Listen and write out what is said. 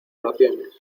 oraciones